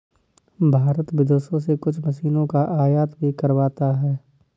भारत विदेशों से कुछ मशीनों का आयात भी करवाता हैं